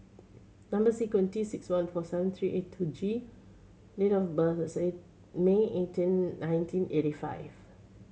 number sequence T six one four seven three eight two G date of birth is May eighteen nineteen eighty five